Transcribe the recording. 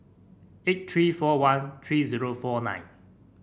eight three four one three zero four nine